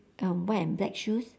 uh white and black shoes